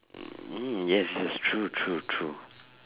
mm yes yes true true true